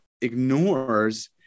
ignores